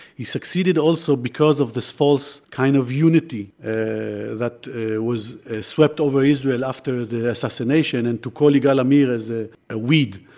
he succeeded also because because of this false kind of unity that was ah swept over israel after the assassination. and to call yigal amir as a ah weed,